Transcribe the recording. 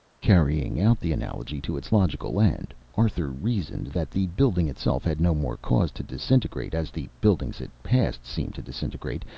carrying out the analogy to its logical end, arthur reasoned that the building itself had no more cause to disintegrate, as the buildings it passed seemed to disintegrate,